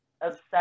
obsessed